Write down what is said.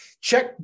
Check